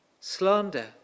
slander